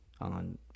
on